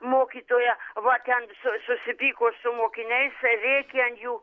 mokytoja va ten su susipyko su mokiniais rėkė ant jų